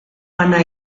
bana